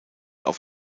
auf